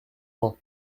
grand